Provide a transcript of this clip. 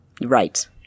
Right